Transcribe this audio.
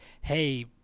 Hey